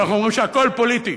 שאנחנו אומרים שהכול פוליטי.